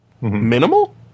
minimal